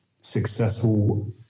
successful